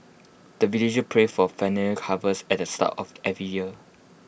the villagers pray for harvest at the start of every year